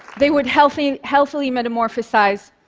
they would healthily healthily metamorphisize,